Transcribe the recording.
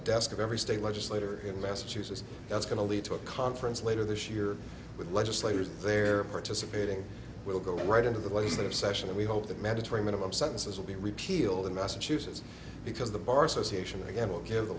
desk of every state legislator in massachusetts that's going to lead to a conference later this year with legislators there participating will go right into the place that of session and we hope that mandatory minimum sentences will be repealed in massachusetts because the bar association again will give the